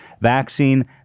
vaccine